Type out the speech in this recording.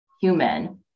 human